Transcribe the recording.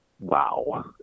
Wow